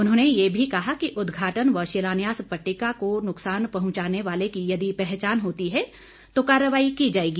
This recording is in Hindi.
उन्होंने यह भी कहा कि उद्घाटन व शिलान्यास पट्टिका को नुकसान पहुंचाने वाले की यदि पहचान होती है तो कार्रवाई की जाएगी